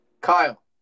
Kyle